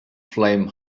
flame